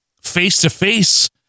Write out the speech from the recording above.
face-to-face